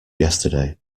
yesterday